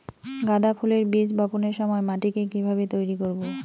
গাদা ফুলের বীজ বপনের সময় মাটিকে কিভাবে তৈরি করব?